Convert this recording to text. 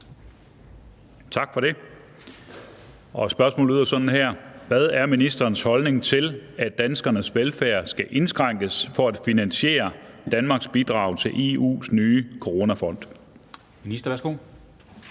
Tak for det. Spørgsmålet lyder sådan her: Hvad er ministerens holdning til, at danskernes velfærd skal indskrænkes for at finansiere Danmarks bidrag til EU's nye coronafond? Kl.